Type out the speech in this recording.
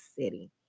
City